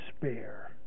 despair